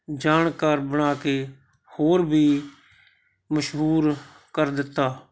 ਜਾਣਕਾਰ ਬਣਾਕੇ ਹੋਰ ਵੀ ਮਸ਼ਹੂਰ ਕਰ ਦਿੱਤਾ